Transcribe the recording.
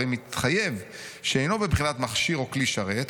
הרי מתחייב שאינו בבחינת מכשיר או כלי שרת,